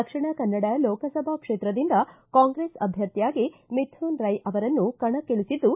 ದಕ್ಷಿಣ ಕನ್ನಡ ಲೋಕಸಭಾ ಕ್ಷೇತ್ರದಿಂದ ಕಾಂಗ್ರೆಸ್ ಅಭ್ವರ್ಥಿಯಾಗಿ ಮಿಥುನ್ ರೈ ಅವರನ್ನು ಕಣಕ್ಕಿಳಿಸಿದ್ದು